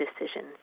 decisions